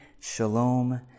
shalom